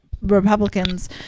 Republicans